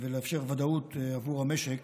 ולאפשר ודאות עבור המשק